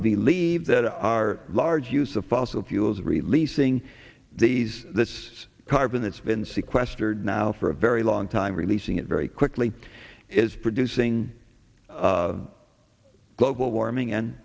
who believe that our large use of fossil fuels releasing these this carbon that's been sequestered now for a very long time releasing it very quickly is producing a global warming and